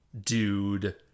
dude